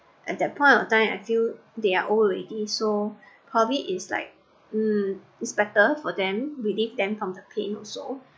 at that point of time I feel they're old already so probably is like hmm is better for them relief them from the pain also